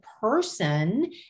person